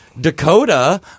Dakota